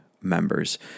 members